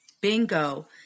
bingo